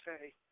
say